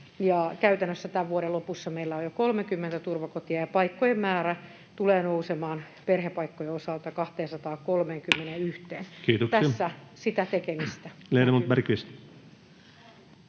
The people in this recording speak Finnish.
käytännössä tämän vuoden lopussa meillä on jo 30 turvakotia ja paikkojen määrä tulee nousemaan perhepaikkojen osalta 231:een. [Puhemies huomauttaa ajasta] Tässä sitä tekemistä...